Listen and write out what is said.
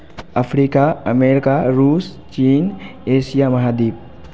Africa America रूस चीन Asia महाद्वीप